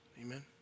Amen